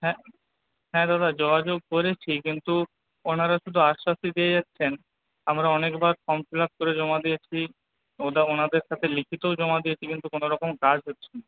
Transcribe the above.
হ্যাঁ হ্যাঁ দাদা যোগাযোগ করেছি কিন্তু ওনারা শুধু আশ্বাসই দিয়ে যাচ্ছেন আমরা অনেকবার ফর্ম ফিলআপ করে জমা দিয়েছি ওটা ওনাদের সাথে লিখিতও জমা দিয়েছি কিন্তু কোনোরকম কাজ হচ্ছেনা